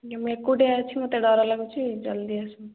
ଆଜ୍ଞା ମୁଁ ଏକୁଟିଆ ଅଛି ମୋତେ ଡର ଲାଗୁଛି ଜଲ୍ଦି ଆସନ୍ତୁ